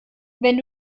wenn